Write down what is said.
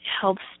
helps